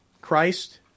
Christ